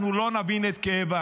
אנחנו לא נבין את כאבם.